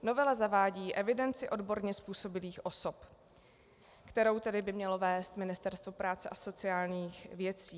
Novela zavádí evidenci odborně způsobilých osob, kterou tedy by mělo vést Ministerstvo práce a sociálních věcí.